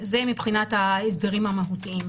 זה מבחינת ההסדרים המהותיים.